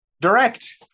direct